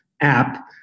app